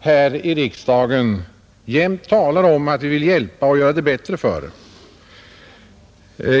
här i riksdagen jämt talar om att vi vill hjälpa och göra det bättre för.